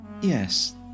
Yes